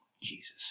Jesus